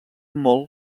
molt